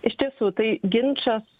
iš tiesų tai ginčas